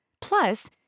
Plus